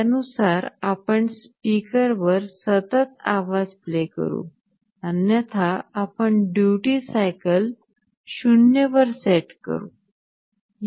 त्यानुसार आपण स्पीकरवर सतत आवाज प्ले करू अन्यथा आपण ड्युटी सायकल 0 वर सेट करू